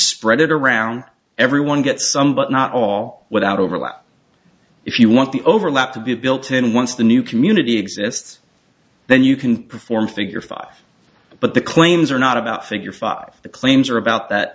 spread it around everyone get some but not all without overlap if you want the overlap to be built and once the new community exists then you can perform figure five but the claims are not about figure five the claims are about that